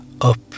up